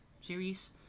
series